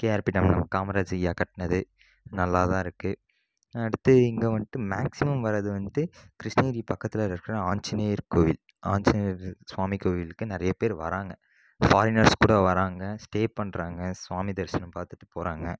KRP டேம்மில் காமராஜ் ஐயா கட்டினது நல்லாதான் இருக்கு அடுத்து இங்கே வந்துட்டு மேக்ஸிமம் வரது வந்துட்டு கிருஷ்ணகிரி பக்கதில் இருக்கிற ஆஞ்சிநேயர் கோவில் ஆஞ்சிநேயர் சுவாமி கோவிலுக்கு நிறைய பேர் வராங்க ஃபாரினர்ஸ் கூட வராங்க ஸ்டே பண்ணுறாங்க சுவாமி தரிசனம் பார்த்துட்டு போகுறாங்க